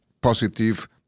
positive